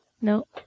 No